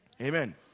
Amen